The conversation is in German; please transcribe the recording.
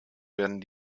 werden